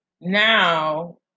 now